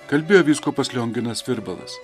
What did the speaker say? kalbėjo vyskupas lionginas virbalas